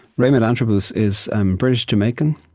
raymond antrobus is british-jamaican.